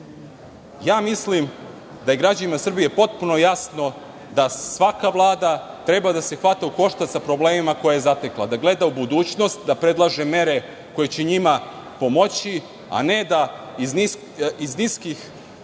DS.Mislim da je građanima Srbije potpuno jasno da svaka Vlada treba da se hvata u koštac sa problemima koje zatekne, da gleda u budućnost, da predlaže mere koje će njima pomoći , a ne da iz niskih